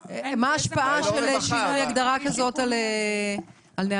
מה ההשפעה של שינוי הגדרה כזאת על נהלים,